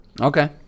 Okay